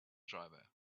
driver